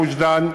גוש-דן,